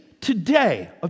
today